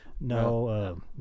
No